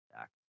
Act